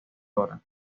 dra